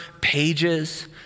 pages